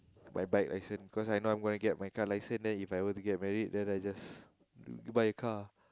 my bike license cause I know I'm gonna get my car license then If I were to get married then I just buy a car